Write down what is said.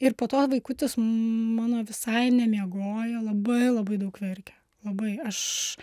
ir po to vaikutis mano visai nemiegojo labai labai daug verkė labai aš